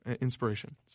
inspiration